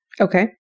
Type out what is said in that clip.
Okay